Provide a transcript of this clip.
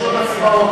אנחנו עוברים להצעת